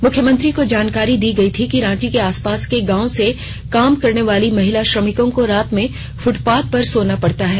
मुख्यमंत्री को जानकारी दी गई थी कि रांची के आसपास के गांव से काम करने वाली महिला श्रमिकों को रात में फुटपाथ पर सोना पड़ता है